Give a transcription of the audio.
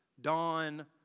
dawn